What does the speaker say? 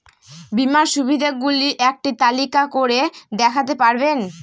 বীমার সুবিধে গুলি একটি তালিকা করে দেখাতে পারবেন?